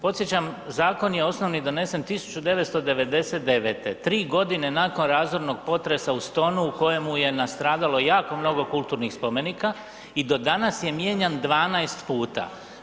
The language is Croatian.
Podsjećam, zakon je osnovni donesen 1999., 3.g. nakon razornog potresa u Stonu u kojemu je nastradalo jako mnogo kulturnih spomenika i do danas je mijenjan 12 puta.